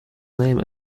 name